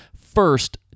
first